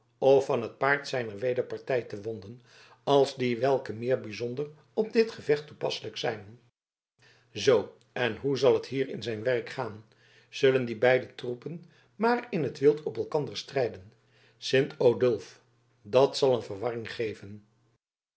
of van het paard zijner wederpartij te wonden als die welke meer bijzonder op dit gevecht toepasselijk zijn zoo en hoe zal het hier in zijn werk gaan zullen die beide troepen maar in t wild op elkander rijden sint odulf dat zal een verwarring geven